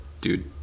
dude